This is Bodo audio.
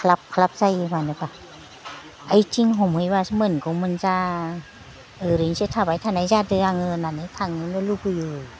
ख्लाब ख्लाब जायो मानोबा ओइथिं हमहैब्लासो मोनगौमोनजा ओरैनोसो थाबाय थानाय जादो आङो होननानै थांनोबो लुगैयो